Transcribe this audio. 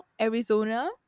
arizona